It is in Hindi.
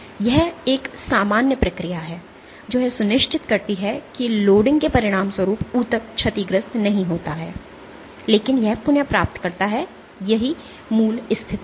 यह एक सामान्य प्रक्रिया है जो यह सुनिश्चित करती है कि लोडिंग के परिणामस्वरूप ऊतक क्षतिग्रस्त नहीं होता है लेकिन यह पुनः प्राप्त करता है कि यह मूल स्थिति है